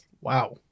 wow